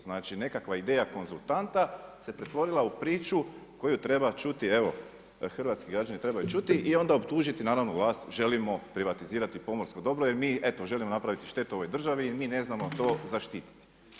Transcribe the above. Znači nekakva ideja konzultanta se pretvorila u priču koju treba čuti evo hrvatski građani trebaju čuti i onda optužiti naravno vas želimo privatizirati pomorsko dobro jel mi eto želimo napraviti štetu ovoj državi i mi ne znamo to zaštititi.